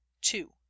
two